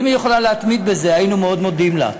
ואם היא יכולה להתמיד בזה היינו מאוד מודים לה.